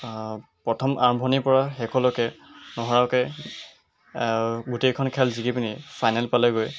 প্ৰথম আৰম্ভণিৰ পৰা শেষলৈকে নহৰাকৈ গোটেইখন খেল জিকি পিনি ফাইনেল পালেগৈ